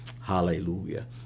Hallelujah